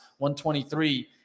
123